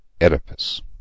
Oedipus